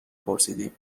پرسیدی